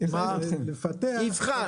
יבחן.